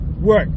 work